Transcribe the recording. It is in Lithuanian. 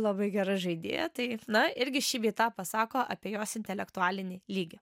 labai gera žaidėja tai na irgi šį bei tą pasako apie jos intelektualinį lygį